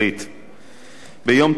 ביום ט"ו בטבת התשע"א,